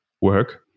work